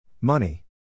Money